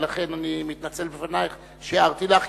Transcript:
ולכן אני מתנצל בפנייך על שהערתי לך,